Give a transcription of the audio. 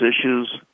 issues